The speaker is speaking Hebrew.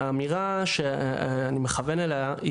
האמירה שאני מכוון אליה,